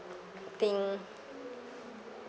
thing